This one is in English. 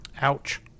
Ouch